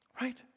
Right